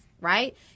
right